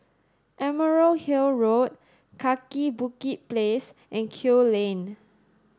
Emerald Hill Road Kaki Bukit Place and Kew Lane